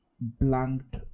blanked